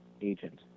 agent